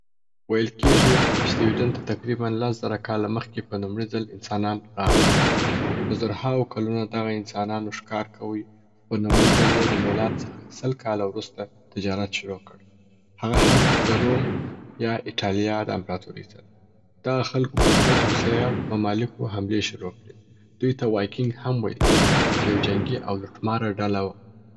ویل کیږي چې سویډن ته تقریباً لس زره کاله مخکي په لوموړي ځل انسانان راغلل. په زرهاوو کلونو دغه انسانانو ښکار کوي په لوموړی ځل یې د میلاد څخه سل کاله وروسته تجارت شروع کړ هغه هم د روم یا آیټالیا د امپراطورۍ سره. دغه خلګو پر خپل همسایه ممالیکو حملي شروع کړې. دوی ته وایکینګ هم ویل کیږي چې یو جنګي او لوټماره ډله وه.